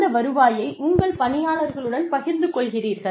அந்த வருவாயை உங்கள் பணியாளர்களுடன் பகிர்ந்து கொள்கிறீர்கள்